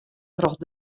troch